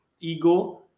ego